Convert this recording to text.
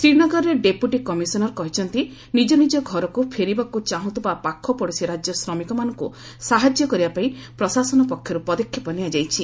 ଶ୍ରୀନଗରର deputy commissioner କହିଛନ୍ତି ନିଜ ନିଜ ଘରକୁ ଫେରିବାକୁ ଚାହୁଁଥିବା ପାଖପଡ଼ୋଶୀ ରାଜ୍ୟ ଶ୍ରମିକମାନଙ୍କୁ ସାହାଯ୍ୟ କରିବାପାଇଁ ପ୍ରଶାସନ ପକ୍ଷରୁ ପଦକ୍ଷେପ ନିଆଯାଇଛି